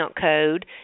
code